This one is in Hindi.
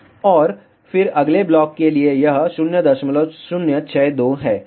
और फिर अगले ब्लॉक के लिए यह 0062 है